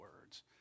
words